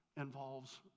involves